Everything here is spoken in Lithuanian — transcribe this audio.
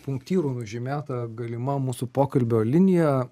punktyru nužymėta galima mūsų pokalbio linija